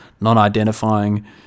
non-identifying